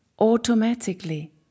automatically